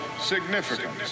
significance